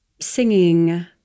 singing